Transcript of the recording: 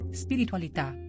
spiritualità